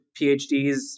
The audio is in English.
PhDs